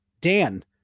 dan